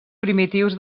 primitius